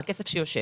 מהכסף שיושב.